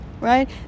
right